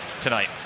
tonight